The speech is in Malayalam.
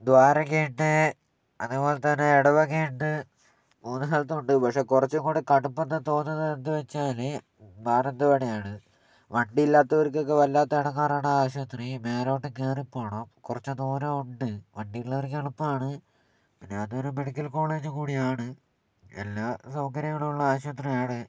ദ്വാരകയുണ്ട് അതുപോലെത്തന്നെ എടവകയുണ്ട് മൂന്ന് സ്ഥലത്തും ഉണ്ട് പക്ഷേ കുറച്ചും കൂടി കടുപ്പത്തിൽ തോന്നുന്നത് എന്ത് വച്ചാൽ മാനന്തവാടിയാണ് വണ്ടിയില്ലാത്തവർക്കൊക്കെ വല്ലാത്ത ഇടങ്ങേറാണ് ആ ആശുപത്രി മേലോട്ട് കയറിപ്പോകണം കുറച്ച് ദൂരം ഉണ്ട് വണ്ടി ഉള്ളവർക്ക് എളുപ്പമാണ് പിന്നെ അതൊരു മെഡിക്കൽ കോളേജ് കൂടി ആണ് എല്ലാ സൗകര്യങ്ങളും ഉള്ള ആശുപത്രിയാണ്